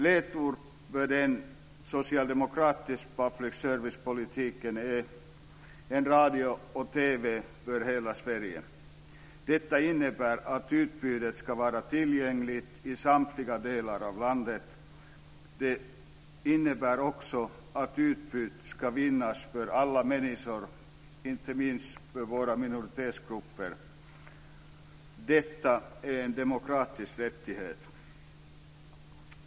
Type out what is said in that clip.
Ledord för den socialdemokratiska public servicepolitiken är en radio och TV för hela Sverige. Detta innebär att utbudet ska vara tillgängligt i samtliga delar av landet. Det innebär också att ett utbud ska finnas för alla människor, inte minst för våra minoritetsgrupper. Detta är en demokratisk rättighet.